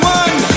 one